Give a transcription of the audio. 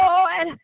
Lord